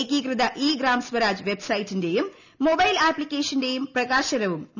ഏകീകൃത ഇ ഗ്രാം സ്വരാജ് വെബ്സൈറ്റിന്റേയും മൊബൈൽ ആപ്തിക്കേഷന്റേയും പ്രകാശനവും ശ്രീ